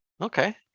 Okay